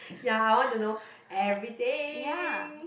ya I want to know everything